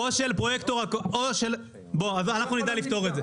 אנחנו נדע לפתור את זה.